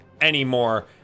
anymore